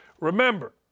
Remember